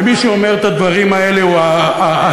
ומי שאומר את הדברים האלה הוא השמאלן,